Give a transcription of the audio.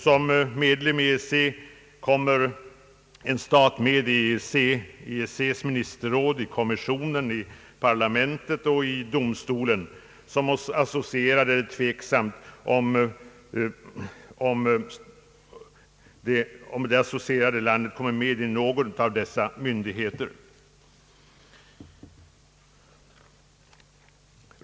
Som medlem i EEC kommer en stat med i EEC:s ministerråd, i kommissionen, i parlamentet och i domstolen — det är tveksamt om det associerade landet kommer med i någon av dessa myndigheter.